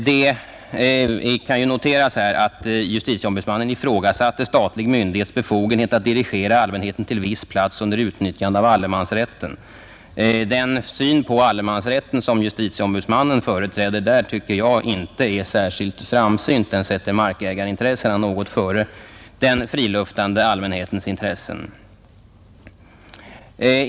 Det kan noteras här att JO där ifrågasatte statliga myndigheters befogenhet att dirigera allmänheten till viss plats under utnyttjande av allemans rätten. Den syn på allemansrätten som JO där företräder tycker jag inte är särskilt framsynt. Den sätter markägarintressena före den friluftande allmänhetens intressen.